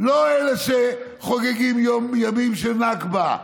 לא אלה שחוגגים ימים של נכבה,